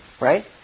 Right